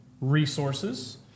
resources